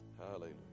Hallelujah